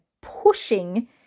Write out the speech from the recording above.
pushing